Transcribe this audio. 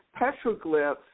petroglyphs